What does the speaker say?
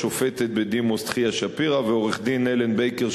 השופטת בדימוס תחיה שפירא ועורך-הדין אלן בייקר,